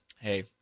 Hey